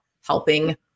helping